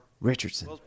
Richardson